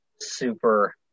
super